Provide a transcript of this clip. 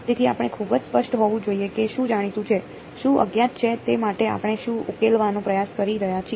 તેથી આપણે ખૂબ જ સ્પષ્ટ હોવું જોઈએ કે શું જાણીતું છે શું અજ્ઞાત છે તે માટે આપણે શું ઉકેલવાનો પ્રયાસ કરી રહ્યા છીએ